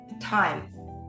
time